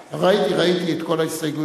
ראיתי, ראיתי את כל ההסתייגויות.